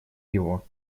его